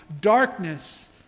Darkness